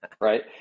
Right